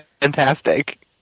fantastic